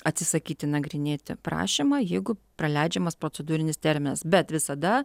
atsisakyti nagrinėti prašymą jeigu praleidžiamas procedūrinis terminas bet visada